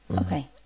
okay